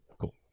Cool